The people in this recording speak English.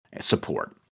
support